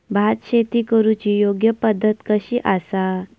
भात शेती करुची योग्य पद्धत कशी आसा?